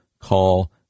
call